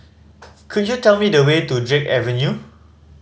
could you tell me the way to Drake Avenue